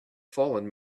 fallen